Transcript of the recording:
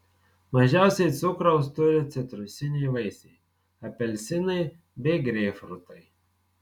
mažiausiai cukraus turi citrusiniai vaisiai apelsinai bei greipfrutai